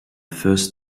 first